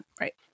right